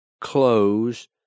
close